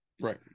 Right